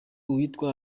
n’uwitwa